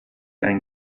ein